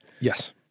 yes